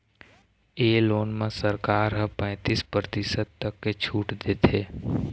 ए loan म सरकार ह पैतीस परतिसत तक के छूट देथे